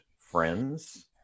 friends